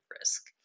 risk